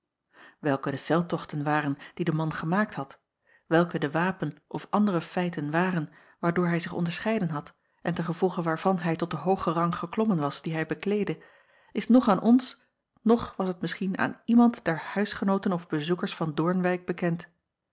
elke de veldtochten waren die de man gemaakt had welke de wapen of andere feiten waren waardoor hij zich onderscheiden had en ten gevolge waarvan hij tot den hoogen rang geklommen was dien hij bekleedde is noch aan ons noch was het misschien aan iemand der huisgenooten of bezoekers van oornwijck bekend